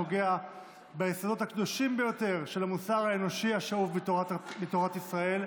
הפוגע ביסודות הקדושים ביותר של המוסר האנושי השאוב מתורת ישראל".